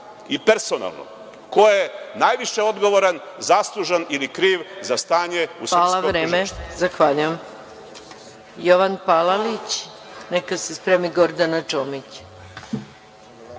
i personalno ko je najviše odgovoran, zaslužan ili kriv za stanje u srpskom